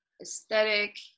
aesthetic